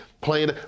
playing